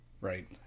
Right